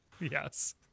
Yes